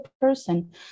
person